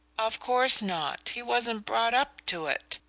of course not he wasn't brought up to it,